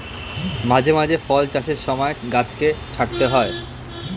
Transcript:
মাঝে মধ্যে ফল চাষের সময় গাছকে ছাঁটতে হয়